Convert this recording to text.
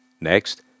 Next